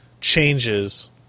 changes